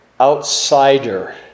outsider